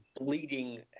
bleeding